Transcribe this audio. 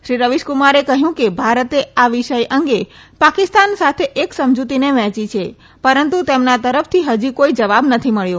શ્રી રવીશકુમારે કહયુ કે ભારતે આ વિષય અંગે પાકિસ્તાન સાથે એક સમજુતીને વહેંચી છે પરંતુ તેમના તરફથી હજી કોઇ જવાબ નથી મળ્યો